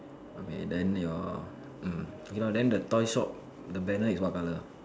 okay then your um okay lor then your toy shop the banner is what colour